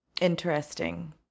Interesting